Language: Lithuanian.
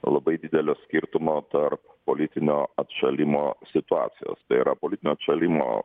labai didelio skirtumo tarp politinio atšalimo situacijos tai yra politinio atšalimo